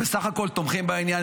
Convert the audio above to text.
תומכים בעניין.